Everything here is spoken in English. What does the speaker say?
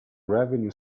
revenue